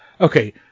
okay